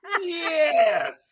Yes